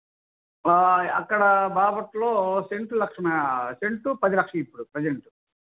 అక్కడ బాపట్లలో సెంటు లక్షన సెంటు పదిలక్షలు ఇప్పుడు ప్రెసెంట్